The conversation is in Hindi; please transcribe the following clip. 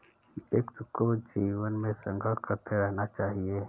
व्यक्ति को जीवन में संघर्ष करते रहना चाहिए